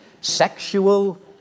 sexual